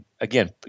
again